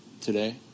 today